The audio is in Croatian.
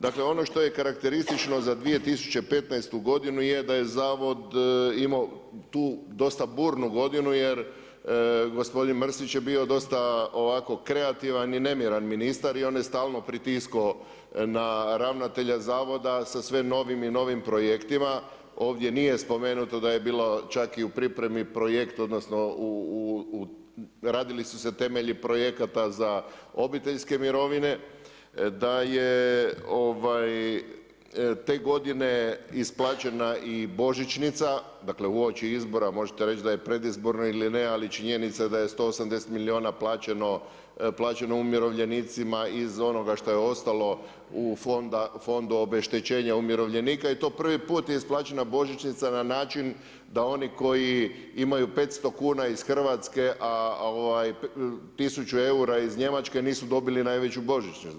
Dakle ono što je karakteristično za 2015. godinu je da je zavod imao tu dosta budnu godinu jer gospodin Mrsić je bio dosta ovako, kreativan i nemiran ministar i on je stalno pritiskao na ravnatelja zavoda sa sve novim i novim projektima, ovdje nije spomenuto da je bilo čak i u pripremi projekt odnosno, radili su se temelji projekata za obiteljske mirovine, da je te godine isplaćena i božićnica dakle uoči izbora, možete reći da je predizborno ili ne, ali činjenica da je 180 milijuna plaćeno umirovljenicima iz onoga što je ostalo u fondu obeštećenja umirovljenika i to je prvi puta isplaćena božićnica na način da oni koji imaju 500 kuna iz Hrvatske, a 1000 eura iz Njemačke, nisu dobili najveću božićnicu.